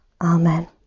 Amen